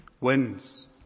Wins